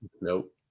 nope